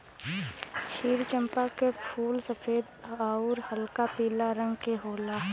क्षीर चंपा क फूल सफेद आउर हल्का पीला रंग क होला